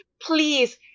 please